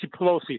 Pelosi